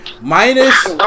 Minus